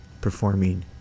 performing